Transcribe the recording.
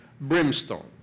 brimstone